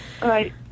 Right